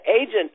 agent